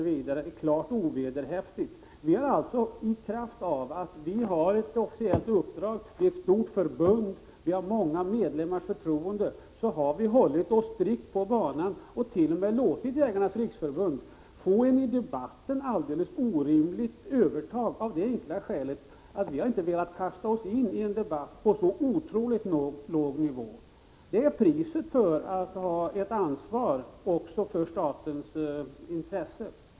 Vi har i kraft av ett officiellt uppdrag och det faktum att det är ett stort förbund med mångas förtroende hållit oss strikt till ordningen. Vi har t.o.m. låtit Jägarnas riksförbund få ett i debatten alldeles orimligt övertag av det enkla skälet att vi inte har velat kasta oss in i en debatt på så otroligt låg nivå. Detta är det pris man får betala, om man också vill ta hänsyn till statens intressen.